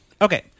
Okay